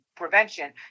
Prevention